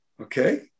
Okay